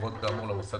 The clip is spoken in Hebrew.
להיות